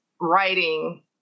writing